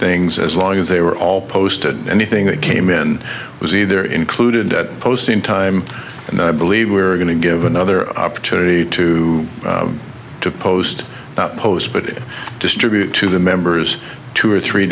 things as long as they were all posted anything that came in was either included at posting time and i believe we're going to give another opportunity to to post that post but it distribute to the members two or three